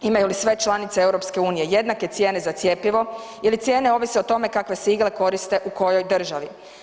Imaju li sve članice EU jednake cijene za cjepivo ili cijene ovise o tome kakve se igle koriste u kojoj državi?